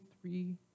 three